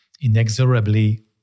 inexorably